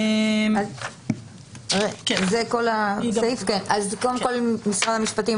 משרד המשפטים,